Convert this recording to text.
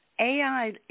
AI